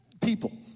people